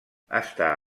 està